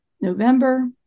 November